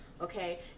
Okay